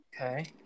Okay